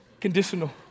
Conditional